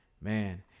Man